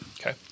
okay